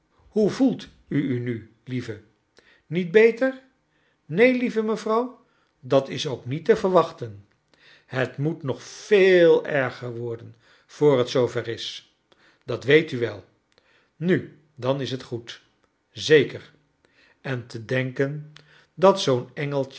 hoe voelt u u nu lieve niet beter neen lieve mevrouw dat is ook niet te verwachten het moet nog veel erger worden voor het zoo ver is dat weet u wel nu dan is het goed zeker en te denken dat